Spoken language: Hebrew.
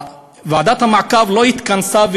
ועדת המעקב לא התכנסה,